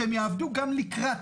שהם יעבדו גם לקראת,